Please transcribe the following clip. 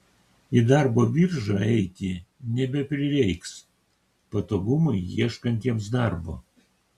į darbo biržą eiti nebeprireiks patogumai ieškantiems darbo